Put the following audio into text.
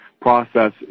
process